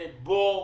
זה בור